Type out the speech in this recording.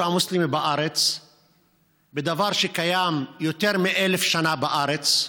המוסלמים בארץ בדבר שקיים יותר מאלף שנה בארץ.